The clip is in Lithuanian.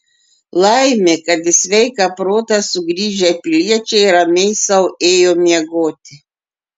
laimė kad į sveiką protą sugrįžę piliečiai ramiai sau ėjo miegoti